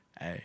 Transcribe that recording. Hey